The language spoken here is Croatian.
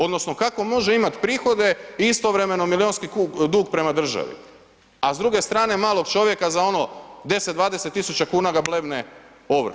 Odnosno kako može imati prihode i istovremeno milijunski dug prema državi a s druge strane malog čovjeka za ono 10, 20 tisuća kuna ga ... ovrha.